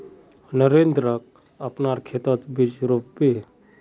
नरेंद्रक अपनार खेतत बीज रोप बे